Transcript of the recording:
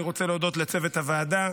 אני רוצה להודות לצוות הוועדה,